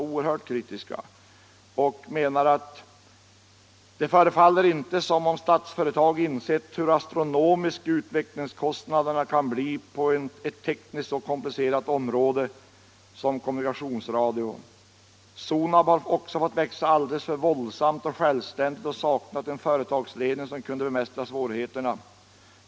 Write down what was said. Det heter t.ex.: ”Det förefaller inte som om Statsföretaget insett hur astronomiska utvecklingskostnaderna kan bli på ett tekniskt så komplicerat område som kommunikationsradio. Sonab har också fått växa alldeles för våldsamt och självständigt och saknat en företagsledning som kunde bemästra svårigheterna.